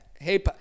Hey